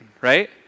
right